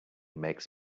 makes